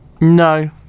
No